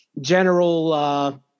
general